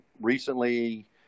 Recently